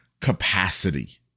capacity